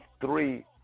three